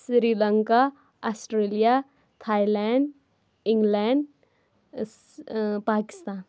Sri Lanka Australia Thailand England Pakistan